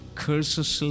curses